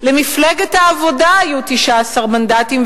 למפלגת העבודה היו 19 מנדטים,